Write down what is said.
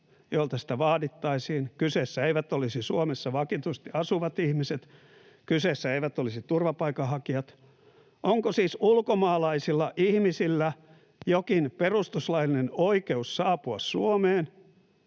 joilta sitä vaadittaisiin. Kyseessä eivät olisi Suomessa vakituisesti asuvat ihmiset, kyseessä eivät olisi turvapaikanhakijat. Onko siis ulkomaalaisilla ihmisillä jokin perustuslaillinen oikeus saapua Suomeen,